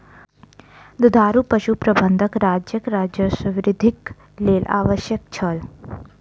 दुधारू पशु प्रबंधन राज्यक राजस्व वृद्धिक लेल आवश्यक छल